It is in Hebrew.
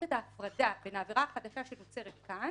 את ההפרדה בין העבירה החדשה שנוצרת כאן